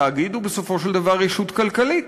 תאגיד הוא בסופו של דבר ישות כלכלית.